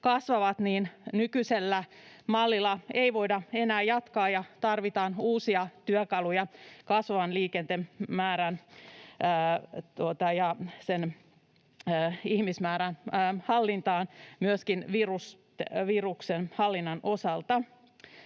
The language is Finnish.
kasvavat, niin nykyisellä mallilla ei voida enää jatkaa vaan tarvitaan uusia työkaluja kasvavan liikennemäärän ja sen ihmismäärän hallintaan myöskin viruksen hallinnan osalta.